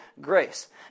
grace